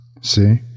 See